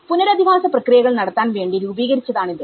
പുനരധിവാസ പ്രക്രിയകൾ നടത്താൻ വേണ്ടി രൂപീകരിച്ചതാണിത്